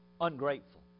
ungrateful